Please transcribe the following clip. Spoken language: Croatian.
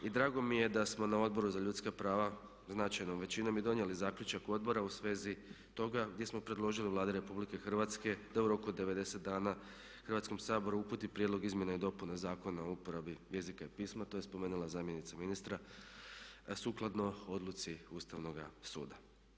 I drago mi je da smo na Odboru za ljudska prava značajnom većinom i donijeli zaključak odbora u svezi toga gdje smo predložili Vladi RH da u roku od 90 dana Hrvatskom saboru uputi prijedlog izmjena i dopuna Zakona o uporabi jezika i pisma, to je spomenula zamjenica ministra, sukladno odluci Ustavnoga suda.